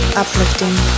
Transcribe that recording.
uplifting